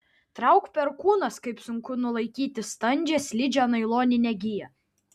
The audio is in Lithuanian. trauk perkūnas kaip sunku nulaikyti standžią slidžią nailoninę giją